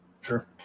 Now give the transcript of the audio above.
sure